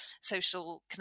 social